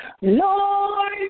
Lord